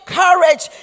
courage